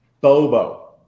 Bobo